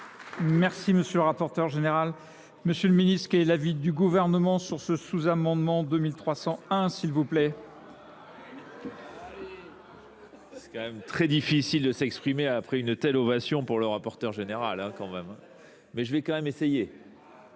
Merci, monsieur le rapporteur général. Monsieur le ministre, qu'est l'avis du gouvernement sur ce sous-amendement 2301, s'il vous plaît ? C'est quand même très difficile de s'exprimer après une telle ovation pour le rapporteur général quand même. Mais je vais quand même essayer.